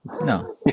No